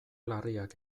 larriak